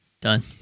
done